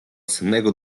sennego